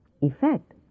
effect